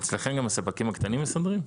אצלכם גם הספקים הקטנים מסדרים?